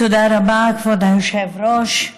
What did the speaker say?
תודה רבה, כבוד היושב-ראש.